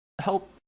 help